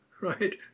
right